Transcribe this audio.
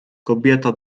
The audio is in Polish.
kobieta